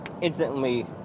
instantly